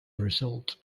result